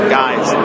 guys